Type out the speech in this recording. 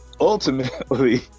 ultimately